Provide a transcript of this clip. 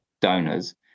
donors